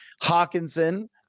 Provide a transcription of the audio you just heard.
Hawkinson